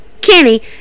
Kenny